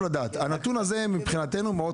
הנתון הזה מאוד חשוב מבחינתנו.